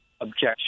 objection